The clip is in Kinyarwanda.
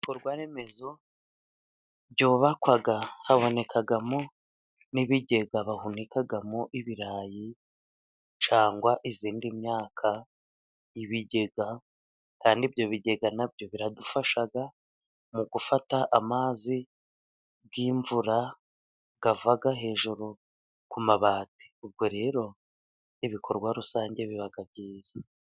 Ibikorwa remezo byubakwa habonekamo n'ibigega bahunikamo ibirayi cyangwa iyindi myaka. Ibigega, kandi ibyo bigega nabyo biradufasha mu gufata amazi y'imvura ava hejuru ku mabati. Ubwo rero n'ibikorwa rusange biba byiza.